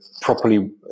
properly